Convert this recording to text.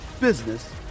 business